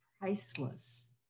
priceless